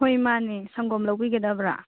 ꯍꯣꯏ ꯃꯥꯅꯦ ꯁꯪꯒꯣꯝ ꯂꯧꯕꯤꯒꯗꯕ꯭ꯔꯥ